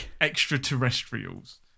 extraterrestrials